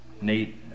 Nate